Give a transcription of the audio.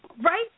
Right